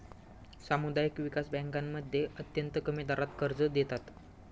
सामुदायिक विकास बँकांमध्ये अत्यंत कमी दरात कर्ज देतात